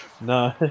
No